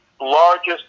largest